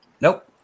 Nope